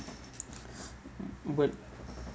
mm but